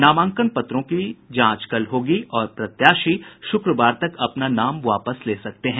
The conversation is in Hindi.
नामांकन पत्रों की जांच कल होगी और प्रत्याशी शुक्रवार तक अपना नाम वापस ले सकते हैं